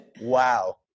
wow